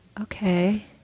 Okay